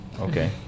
Okay